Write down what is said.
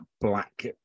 black